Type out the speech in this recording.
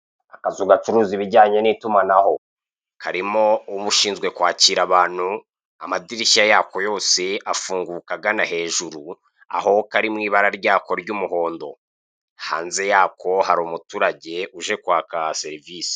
Akazu gacuruza ibijyanye n'itumanaho harimo ushinzwe kwakira abantu, amadirishya yako yose afunguka agana hejuru aho kari mu ibara ryako ry'umuhondo hanze yako hari umuturage uje kwaka serivise.